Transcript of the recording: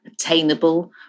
attainable